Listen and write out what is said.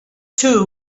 two